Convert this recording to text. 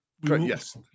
yes